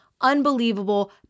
unbelievable